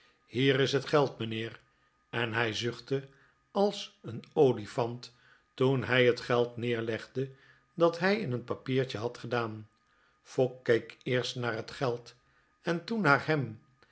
hier is het geld mijnheer en hij zuchtte als een olifant toen hij het geld neerlegde dat hij in een papiertje had gedaan fogg keek eerst naar het geld en toen naar hem